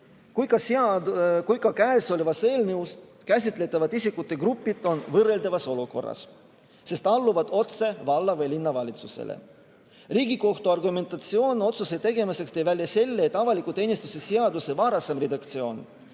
kui ka kõnealuses eelnõus käsitletavad isikute grupid on võrreldavas olukorras, sest alluvad otse valla- või linnavalitsusele. Riigikohtu argumentatsioon otsuse tegemiseks tõi välja selle, et avaliku teenistuse seaduse varasem redaktsioon